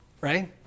right